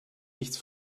nichts